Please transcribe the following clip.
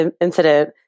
incident